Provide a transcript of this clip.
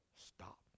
stop